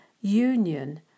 union